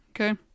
Okay